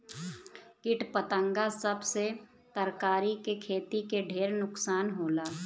किट पतंगा सब से तरकारी के खेती के ढेर नुकसान होला